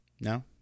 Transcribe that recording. No